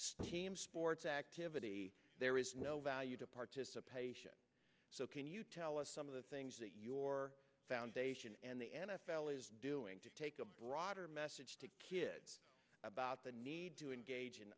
team sports activity there is no value to participation so can you tell us some of the things that your foundation and the n f l is doing to take a broader message to kids about the need to engage in